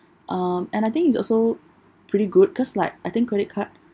um and I think it's also pretty good cause like I think credit card